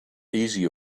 easier